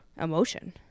emotion